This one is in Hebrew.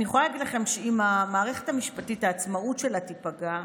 אני יכולה להגיד לכם שאם העצמאות של מערכת המשפטית תיפגע,